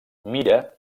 mira